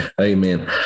amen